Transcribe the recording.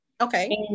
okay